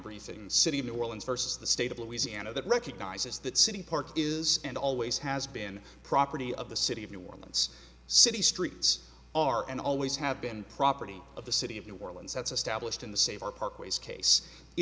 reason city of new orleans versus the state of louisiana that recognizes that city park is and always has been property of the city of new orleans city streets are and always have been property of the city of new orleans that's